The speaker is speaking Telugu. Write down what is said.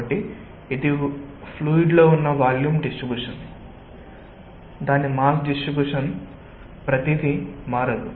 కాబట్టి ఇది ఫ్లూయిడ్ లో ఉన్న వాల్యూమ్ డిస్ట్రిబ్యూషన్ దాని మాస్ డిస్ట్రిబ్యూషన్ ప్రతిదీ మారదు